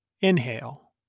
Inhale